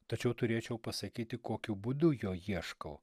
tačiau turėčiau pasakyti kokiu būdu jo ieškau